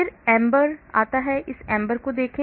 फिर AMBER आता है इस AMBER को देखें